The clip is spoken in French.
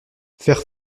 faire